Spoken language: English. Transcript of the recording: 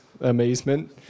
amazement